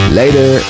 later